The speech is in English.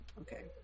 Okay